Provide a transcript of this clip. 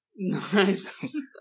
nice